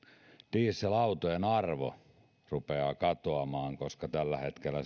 dieselautojen arvo rupeaa katoamaan koska tällä hetkellä